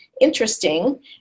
interesting